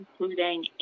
including